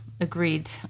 agreed